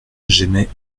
j’émets